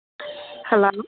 Hello